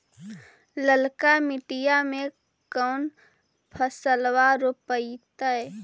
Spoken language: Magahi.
ललका मटीया मे कोन फलबा रोपयतय?